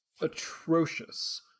atrocious